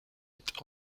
est